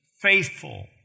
faithful